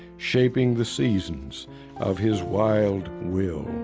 shaping the seasons of his wild will